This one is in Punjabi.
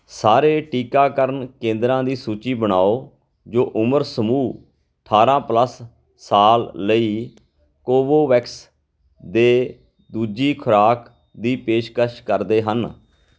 ਸਾਰੇ ਟੀਕਾਕਰਨ ਕੇਂਦਰਾਂ ਦੀ ਸੂਚੀ ਬਣਾਓ ਜੋ ਉਮਰ ਸਮੂਹ ਅਠਾਰਾਂ ਪਲੱਸ ਸਾਲ ਲਈ ਕੋਵੋਵੈਕਸ ਦੇ ਦੂਜੀ ਖੁਰਾਕ ਦੀ ਪੇਸ਼ਕਸ਼ ਕਰਦੇ ਹਨ